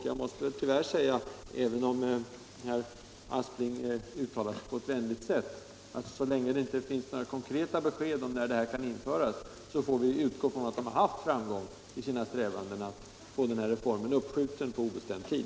Jag måste tyvärr säga — även om herr Aspling uttalar sig på ett vänligt sätt — att så länge det inte finns några konkreta besked om när den här reformen kan införas, får vi utgå ifrån att de har haft framgång i sina strävanden att få den uppskjuten på obestämd tid.